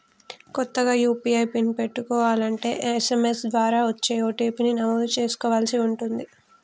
కొత్తగా UPI PIN పెట్టుకోలంటే SMS ద్వారా వచ్చే ఓ.టీ.పీ ని నమోదు చేసుకోవలసి ఉంటుంది